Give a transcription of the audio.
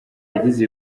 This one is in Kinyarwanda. yagize